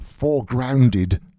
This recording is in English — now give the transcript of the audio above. foregrounded